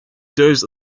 those